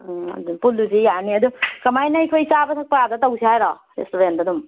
ꯑꯗꯣ ꯄꯨꯜꯂꯨꯁꯦ ꯌꯥꯅꯤ ꯑꯗꯣ ꯀꯃꯥꯏꯅ ꯑꯩꯈꯣꯏ ꯆꯥꯕ ꯊꯛꯄ ꯑꯥꯗ ꯇꯧꯁꯦ ꯍꯥꯏꯔꯣ ꯔꯦꯁꯇꯨꯔꯦꯟꯗ ꯑꯗꯨꯝ